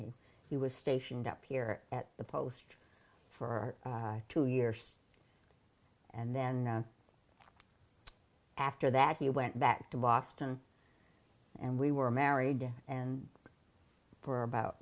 he was stationed up here at the post for two years and then after that he went back to boston and we were married and for about